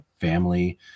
family